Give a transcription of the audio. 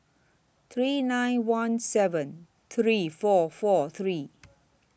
three nine one seven three four four three